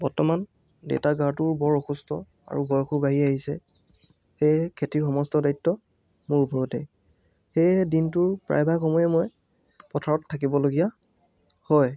বৰ্তমান দেউতাৰ গাটোৱো বৰ অসুস্থ আৰু বয়সো বাঢ়ি আহিছে সেয়ে খেতিৰ সমস্ত দায়িত্ব মোৰ ওপৰতে সেয়েহে দিনটোৰ প্ৰায়ভাগ সময়ে মই পথাৰত থাকিবলগীয়া হয়